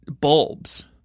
bulbs